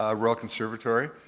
ah royal conservatory,